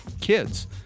kids